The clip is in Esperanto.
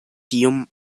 tiom